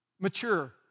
Mature